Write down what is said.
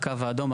הקו האדום,